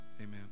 amen